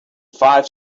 five